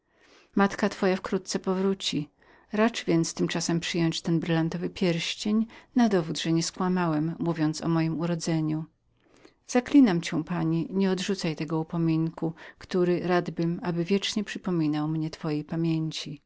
matka twoja wkrótce powróci racz pani tymczasem przyjąć ten dyamentowy pierścień na dowód że nieskłamałem mówiąc o mojem urodzeniu zaklinam cię pani nieodmawiaj tego upominku który radbym aby wiecznie przypominał mnie twojej pamięci